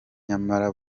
nyamara